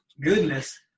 Goodness